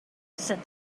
said